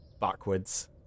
backwards